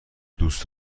دوست